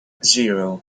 zero